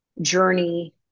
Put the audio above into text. journey